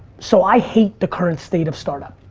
so i hate the current state of startup,